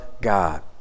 God